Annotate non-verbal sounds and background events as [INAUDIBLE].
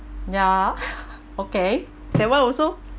ya [LAUGHS] okay that one also